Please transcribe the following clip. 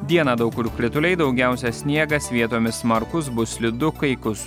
dieną daug kur krituliai daugiausia sniegas vietomis smarkus bus slidu kai kus